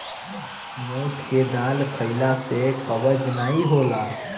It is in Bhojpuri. मोठ के दाल खईला से कब्ज नाइ होला